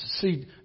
see